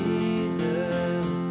Jesus